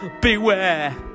Beware